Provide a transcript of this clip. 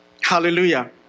Hallelujah